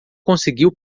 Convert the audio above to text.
conseguiu